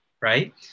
Right